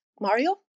Mario